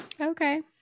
Okay